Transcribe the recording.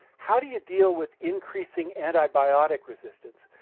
how do you deal with increasing antibiotic resistance?